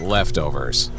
Leftovers